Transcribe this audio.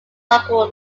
local